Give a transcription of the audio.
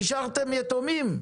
נשארתם יתומים.